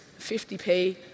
50p